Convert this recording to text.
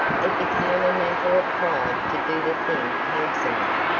it became a matter of pride to do the thing handsomely,